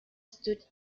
stood